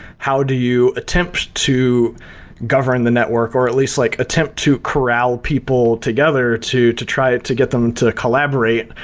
how do you attempt to govern the network, or at least like attempt to corral people together to to try to get them to collaborate,